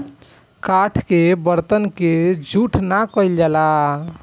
काठ के बरतन के जूठ ना कइल जाला